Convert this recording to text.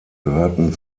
gehörten